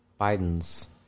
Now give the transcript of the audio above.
Biden's